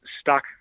stuck